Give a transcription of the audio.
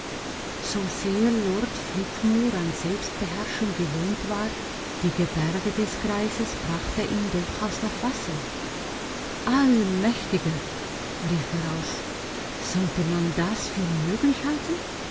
so sehr lord flitmore an selbstbeherrschung gewohnt war die gebärde des greises brachte ihn doch aus der fassung allmächtiger rief er aus sollte man das für möglich halten